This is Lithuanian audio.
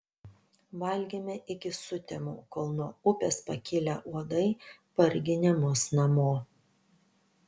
valgėme iki sutemų kol nuo upės pakilę uodai parginė mus namo